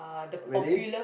really